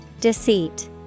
Deceit